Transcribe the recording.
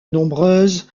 nombreuse